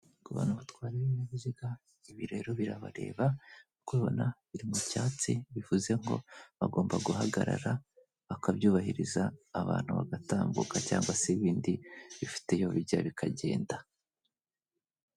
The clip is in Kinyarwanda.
Ku bantu batwara ibinyabiziga ibi rero birabareba uko ubona biri mu cyatsi bivuze ngo bagomba guhagarara bakabyubahiriza, abantu bagatambuka cyangwa se ibindi bifite iyo bijya bikagenda.